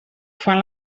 fan